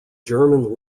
german